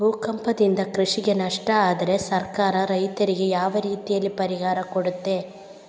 ಭೂಕಂಪದಿಂದ ಕೃಷಿಗೆ ನಷ್ಟ ಆದ್ರೆ ಸರ್ಕಾರ ರೈತರಿಗೆ ಯಾವ ರೀತಿಯಲ್ಲಿ ಪರಿಹಾರ ಕೊಡ್ತದೆ?